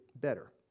better